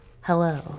Hello